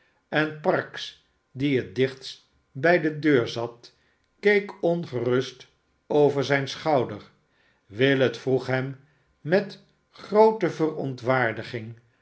en parkes die het dichtst bij de deur zat keek ongerust over zijn schouder willet vroeg hem met groote verontwaardiging